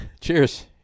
Cheers